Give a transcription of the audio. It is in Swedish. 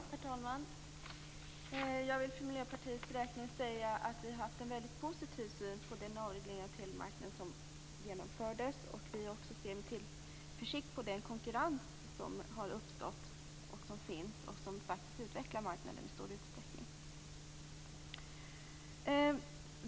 Herr talman! Jag vill för Miljöpartiets räkning säga att vi har haft en mycket positiv syn på den avreglering av telemarknaden som har genomförts. Vi ser också med tillförsikt på den konkurrens som har uppstått och som faktiskt utvecklar marknaden i stor utsträckning.